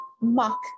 muck